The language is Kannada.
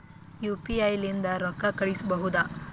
ಯು.ಪಿ.ಐ ಲಿಂದ ರೊಕ್ಕ ಕಳಿಸಬಹುದಾ?